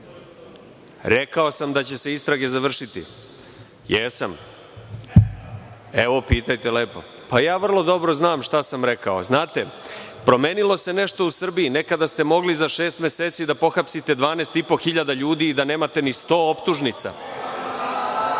Rekao sam da će se istrage završiti, jesam. Evo, pitajte. Vrlo dobro znam šta sam rekao. Promenilo se nešto u Srbiji. Nekada ste mogli za šest meseci da pohapsite 12.500 ljudi i da nemate ni 100 optužnica,